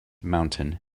mountain